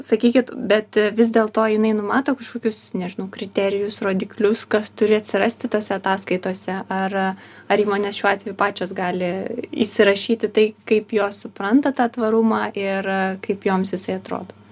sakykit bet vis dėl to jinai numato kažkokius nežinau kriterijus rodiklius kas turi atsirasti tose ataskaitose ar ar įmonės šiuo atveju pačios gali įsirašyti tai kaip jos supranta tą tvarumą ir kaip joms jisai atrodo